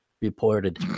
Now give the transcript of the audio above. reported